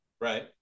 Right